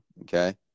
Okay